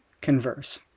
converse